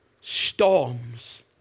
Storms